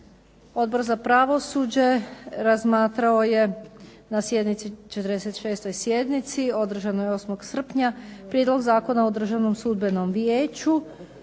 Odbor za pravosuđe razmatrao je na 46. sjednici održanoj 8. srpnja Prijedlog zakona o Državnom sudbenom vijeću,